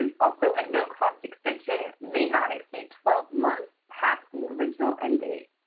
um also a no-cost extension may not exceed twelve months past the original end date.